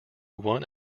won